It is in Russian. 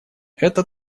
это